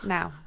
Now